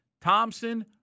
Thompson